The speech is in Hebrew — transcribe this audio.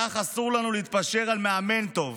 כך אסור לנו להתפשר על מאמן טוב.